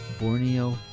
Borneo